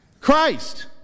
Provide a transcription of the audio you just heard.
Christ